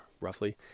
roughly